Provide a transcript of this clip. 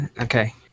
Okay